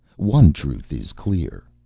one truth is clear,